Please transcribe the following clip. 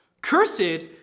Cursed